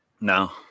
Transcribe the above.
No